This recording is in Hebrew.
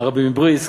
הרבי מבריסק,